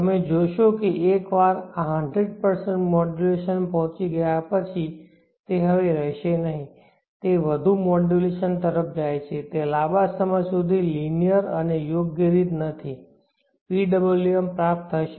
તમે જોશો કે એકવાર આ 100 મોડ્યુલેશન પહોંચી ગયા પછી તે હવે રહેશે નહીં તે વધુ મોડ્યુલેશન તરફ જાય છે તે લાંબા સમય સુધી લિનિયર અને યોગ્ય રીત નથી PWM પ્રાપ્ત થશે નહીં